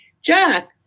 Jack